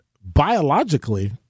biologically